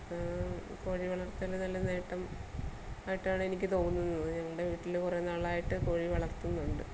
കോഴി വളർത്തൽ നല്ല നേട്ടം ആയിട്ടാണ് എനിക്ക് തോന്നുന്നത് എൻ്റെ വീട്ടിൽ കുറെ നാളായിട്ട് കോഴി വളർത്തുന്നുണ്ട്